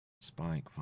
Spike